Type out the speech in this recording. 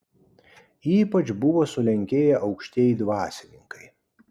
ypač buvo sulenkėję aukštieji dvasininkai